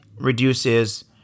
reduces